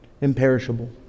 imperishable